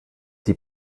die